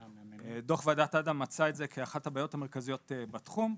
דוח ועדת אדם מצא את זה כאחת הבעיות המרכזיות בתחום,